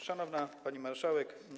Szanowna Pani Marszałek!